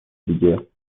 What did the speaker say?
دیگه